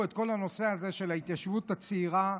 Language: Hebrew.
את כל הנושא של ההתיישבות הצעירה.